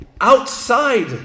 outside